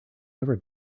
never